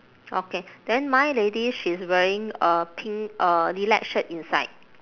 okay then my lady she's wearing a pink uh lilac shirt inside